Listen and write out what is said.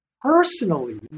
personally